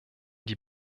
die